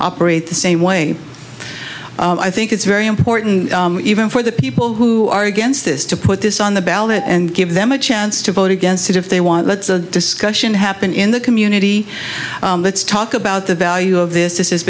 operate the same way i think it's very important even for the people who are against this to put this on the ballot and give them a chance to vote against it if they want lets a discussion happen in the community let's talk about the value of this this